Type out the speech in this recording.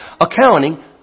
Accounting